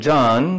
John